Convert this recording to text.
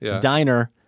Diner